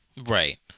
Right